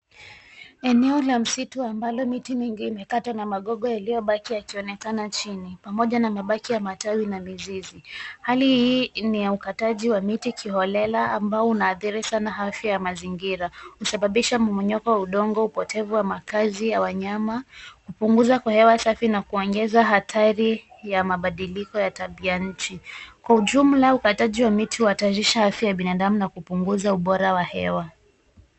Eneo la msitu ambalo miti mingi imekatwa na magogo yaliyobaki yakionekana chini pamoja na mabaki ya matawi na mizizi. Hali hii ni ya ukataji wa miti kiholela ambao unaathiri sana afya ya mazingira. Husababisha momonyoko wa udongo upotevu wa makazi ya wanyama, kupunguza kwa hewa safi na kuongeza hatari ya mabadiliko ya tabia nchi. Kwa ujumla ukataji wa miti huhatarisha afya ya binadamu na kupunguza ubora wa hewa.